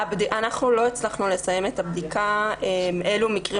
לא הצלחנו לסיים את הבדיקה לגבי אלו מקרים